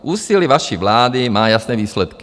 Úsilí vaší vlády má jasné výsledky.